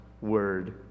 word